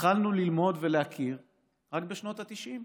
התחלנו ללמוד ולהכיר רק בשנות התשעים.